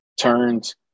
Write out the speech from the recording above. turns